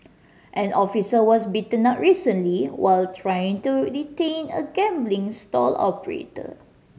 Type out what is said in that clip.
an officer was beaten up recently while trying to detain a gambling stall operator